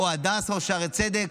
הדסה או שערי צדק,